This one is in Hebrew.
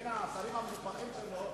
בין השרים המנופחים שלו,